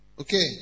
Okay